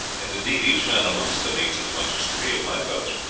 and indeed each man amongst them eats as much as three of my fellows.